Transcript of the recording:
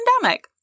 pandemic